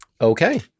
Okay